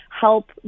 help